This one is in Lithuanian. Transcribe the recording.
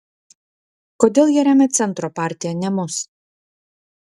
kodėl jie remia centro partiją ne mus